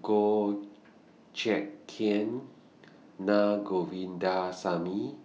Goh Check Kheng Na Govindasamy